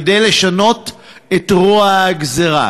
כדי לשנות את רוע הגזירה